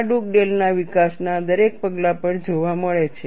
આ ડુગડેલ ના વિકાસના દરેક પગલા પર જોવા મળે છે